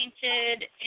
painted